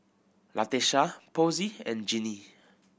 Latesha Posey and Jinnie